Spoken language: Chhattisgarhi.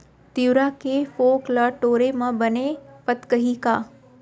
तिंवरा के फोंक ल टोरे म बने फदकही का?